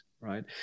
right